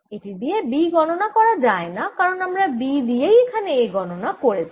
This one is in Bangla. এটি দিয়ে B গণনা করা যায়না কারণ আমরা B দিয়েই এখানে A গণনা করেছি